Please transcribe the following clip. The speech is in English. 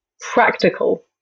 practical